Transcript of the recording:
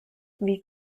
wie